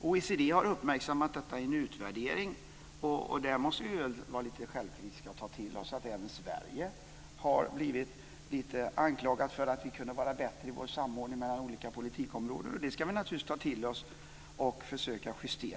OECD har uppmärksammat detta i en utvärdering. Där måste vi vara lite självkritiska och ta till oss att även Sverige har blivit anklagat för att samordningen mellan olika politikområden kunde vara bättre, och det ska vi naturligtvis ta till oss och försöka justera.